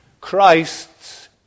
Christ's